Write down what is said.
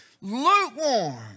lukewarm